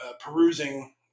perusing